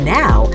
now